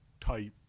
type